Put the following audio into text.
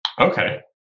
Okay